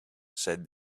said